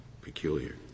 peculiar